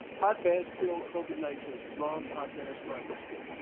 hot baths kill covid nineteen wrong. hot baths dry your skin.